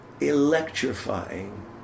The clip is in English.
electrifying